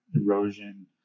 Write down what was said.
erosion